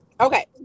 okay